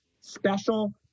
special